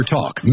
Talk